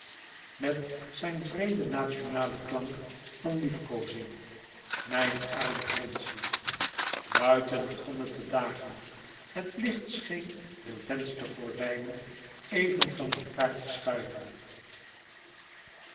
met zijn vreemden nationalen klank van liefkoozing mijn arm prinsje buiten begon het te dagen het licht scheen de venstergordijen even van elkaâr te schuiven